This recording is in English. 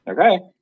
okay